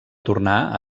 tornar